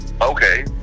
okay